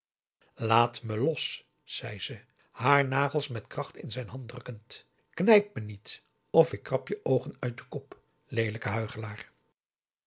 laat me los zei ze haar nagels met kracht in zijn hand drukkend knijp me niet of ik krab je oogen uit je kop leelijke